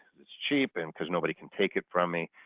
it's cheap and because nobody can take it from me